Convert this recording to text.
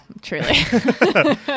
truly